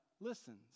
listens